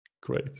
Great